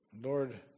Lord